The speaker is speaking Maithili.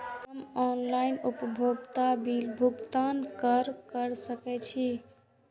हम ऑनलाइन उपभोगता बिल भुगतान कर सकैछी?